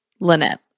Lynette